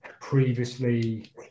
previously